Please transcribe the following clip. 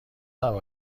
هوا